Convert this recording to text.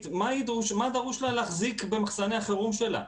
מה דרוש לה להחזיק במחסני החירום שלה.